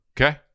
Okay